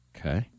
Okay